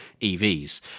EVs